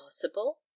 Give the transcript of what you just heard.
possible